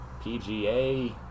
PGA